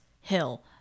hill